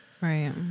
Right